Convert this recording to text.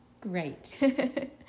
Great